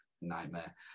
nightmare